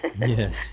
Yes